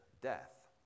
death